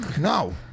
No